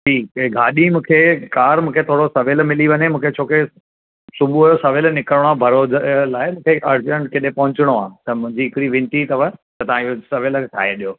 जी त गाॾी मूंखे कार मूंखे थोरो सवेल मिली वञे मूंखे छो कि सुबुह जो सवेल निकिरणो आहे बड़ौदे जे लाइ मूंखे अर्जेंट किथे पहुचणो आहे त मुंहिंजी हिकिड़ी विनती अथव त तव्हां इहो सवेल ठाहे ॾियो